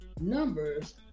Numbers